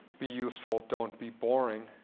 be useful, don't be boring.